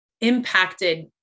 impacted